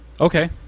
Okay